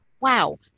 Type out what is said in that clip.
wow